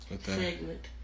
Segment